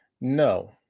No